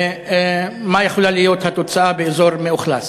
מה יכולה להיות התוצאה באזור מאוכלס.